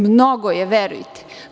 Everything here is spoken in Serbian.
Mnogo je verujte.